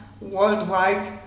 worldwide